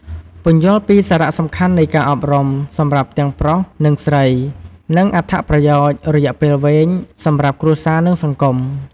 ពន្យល់ពីសារៈសំខាន់នៃការអប់រំសម្រាប់ទាំងប្រុស និងស្រី និងអត្ថប្រយោជន៍រយៈពេលវែងសម្រាប់គ្រួសារ និងសង្គម។